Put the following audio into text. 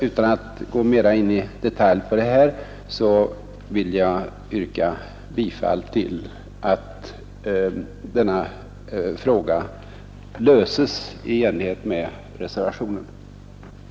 Utan att gå in mer i detalj på denna punkt hemställer jag att frågan måtte lösas i enlighet med vårt yrkande i reservationen 1.